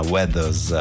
Weathers